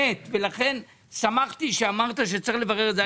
ולכן שמחתי שאמרת שצריך לברר את זה.